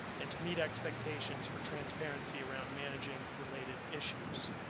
and to meet expectations for transparency around managing related issues.